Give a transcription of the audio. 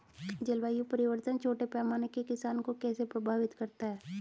जलवायु परिवर्तन छोटे पैमाने के किसानों को कैसे प्रभावित करता है?